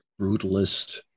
brutalist